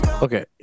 Okay